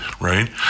right